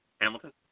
Hamilton